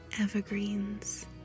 evergreens